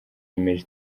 yemeje